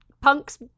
punk's